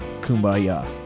Kumbaya